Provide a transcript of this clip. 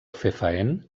fefaent